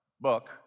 book